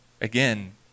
again